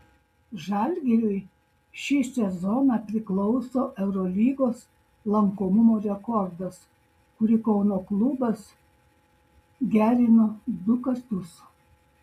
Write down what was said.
žalgiriui šį sezoną priklauso eurolygos lankomumo rekordas kurį kauno klubas gerino du kartus